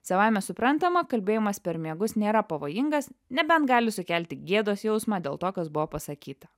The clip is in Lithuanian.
savaime suprantama kalbėjimas per miegus nėra pavojingas nebent gali sukelti gėdos jausmą dėl to kas buvo pasakyta